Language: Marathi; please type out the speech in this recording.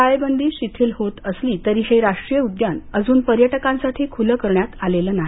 टाळेबंदी शिथील होत असली तरी हे राष्ट्रीय उद्यान अजून पर्यटकांसाठी खूलं करण्यात आलेलं नाही